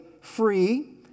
free